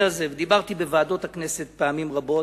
הזה ודיברתי בוועדות הכנסת פעמים רבות,